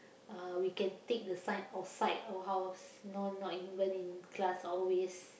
uh we can take the science outside our house you know not even in class always